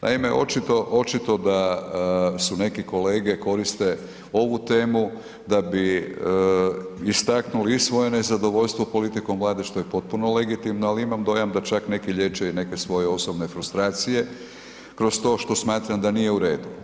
Naime očito da neki kolege koriste ovu temu da bi istaknuli i svoje nezadovoljstvo politikom Vlade što je potpuno legitimno ali imam dojam da čak neki liječe i neke svoje osobne frustracije kroz to što smatram da nije u redu.